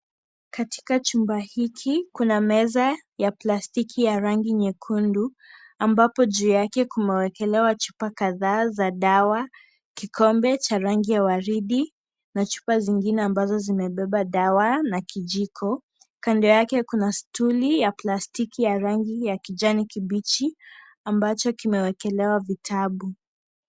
Katika chumba hiki kuna meza ya plastiki ya rangi nyekundu, ambapo juu yake kumewekelewa chupa kadhaa za dawa. Kikombe cha rangi ya waridi na chupa zingine ambazo zimebeba dawa na kijiko. Kando yake kuna stuli ya plastiki ya rangi ya kijani kibichi, ambacho kimewekelewa vitabu.